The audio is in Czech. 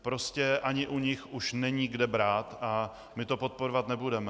Prostě ani u nich už není kde brát a my to podporovat nebudeme.